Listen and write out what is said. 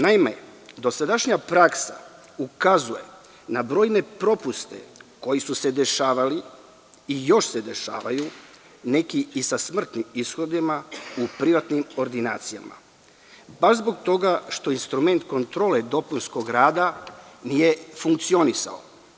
Naime, dosadašnja praksa ukazuje na brojne propuste koji su se dešavali i još se dešavaju, neki i sa smrtnim ishodima, u privatnim ordinacijama, baš zbog toga što instrument kontrole dopunskog rada nije funkcionisao.